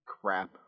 Crap